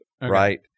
right